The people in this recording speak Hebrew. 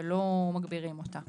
לא מגבירים אותה.